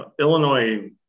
Illinois